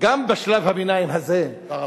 גם בשלב הביניים הזה, תודה רבה.